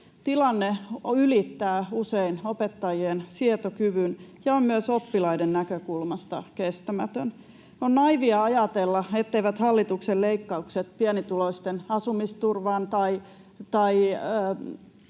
Tilanne ylittää usein opettajien sietokyvyn ja on myös oppilaiden näkökulmasta kestämätön. On naiivia ajatella, etteivät hallituksen leikkaukset pienituloisten asumisturvaan tai